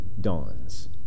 dawns